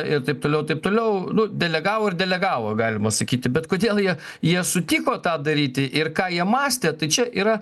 ir taip toliau taip toliau nu delegavo ir delegavo galima sakyti bet kodėl jie jie sutiko tą daryti ir ką jie mąstė tai čia yra